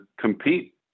compete